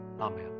Amen